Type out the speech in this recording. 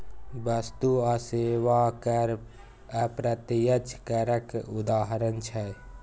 बस्तु आ सेबा कर अप्रत्यक्ष करक उदाहरण छै